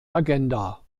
agenda